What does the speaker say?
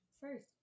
first